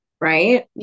Right